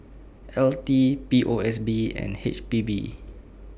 L T P O S B and H P B